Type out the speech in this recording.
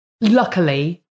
luckily